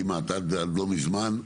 עד לא מזמן,